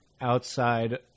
outside